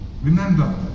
Remember